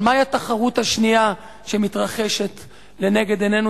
אבל מה התחרות השנייה שמתרחשת לנגד עינינו?